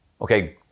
Okay